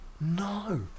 No